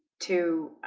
to